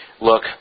look